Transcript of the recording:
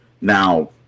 Now